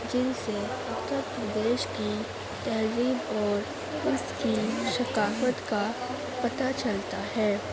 جن سے اتر پردیش کی تہذیب اور اس کی ثقافت کا پتہ چلتا ہے